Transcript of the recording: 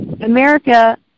America